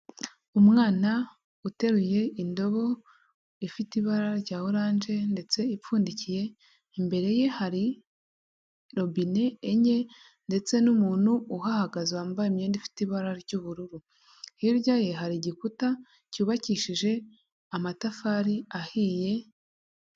Umwana uteruye indobo ifite ibara rya oranje ndetse ipfundikiye, imbere ye hari robine enye ndetse n'umuntu uhahagaze wambaye imyenda ifite ibara ry'ubururu hirya ye hari igikuta cyubakishije amatafari ahiye.